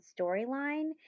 storyline